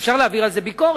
אפשר להעביר על זה ביקורת,